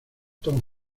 tom